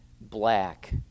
black